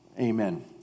Amen